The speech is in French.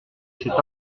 cet